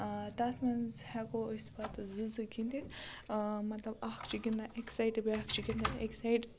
تَتھ منٛز ہٮ۪کو أسۍ پَتہٕ زٕ زٕ گِنٛدِتھ مطلب اَکھ چھُ گِنٛدان اَکہِ سایٹہٕ بیٛاکھ چھُ گِنٛدان اَکہِ سایٹہٕ